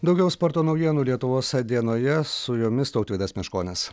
daugiau sporto naujienų lietuvos dienoje su jomis tautvydas meškonis